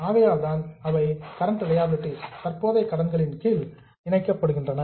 ஆகையால்தான் அவை current liabilities தற்போதைய கடன்களின் கீழ் கிளப்டு இணைக்கப்படுகின்றன